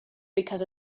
because